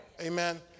Amen